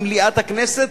במליאת הכנסת,